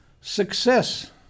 success